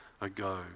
ago